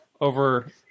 over